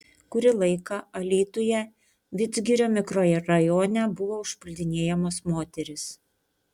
kurį laiką alytuje vidzgirio mikrorajone buvo užpuldinėjamos moterys